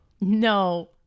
No